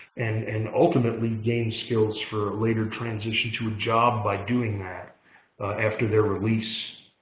and and ultimately, gain skills for later transition to a job by doing that after their release.